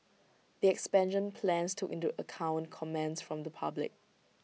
the expansion plans took into account comments from the public